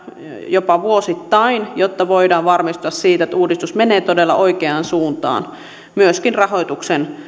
jopa vuosittain jotta voidaan varmistua siitä että uudistus menee todella oikeaan suuntaan myöskin rahoituksen